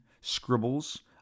scribbles